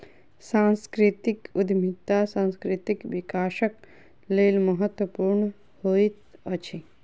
सांस्कृतिक उद्यमिता सांस्कृतिक विकासक लेल महत्वपूर्ण होइत अछि